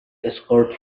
escort